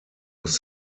was